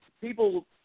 people